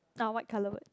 ah white colour word